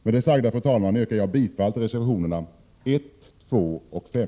Med det sagda, fru talman, yrkar jag bifall till reservationerna 1, 2 och 5.